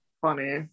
Funny